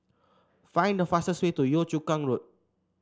find the fastest way to Yio Chu Kang Road